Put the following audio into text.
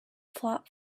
flap